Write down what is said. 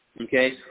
Okay